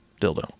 dildo